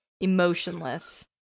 emotionless